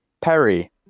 Perry